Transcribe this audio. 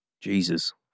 Jesus